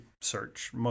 search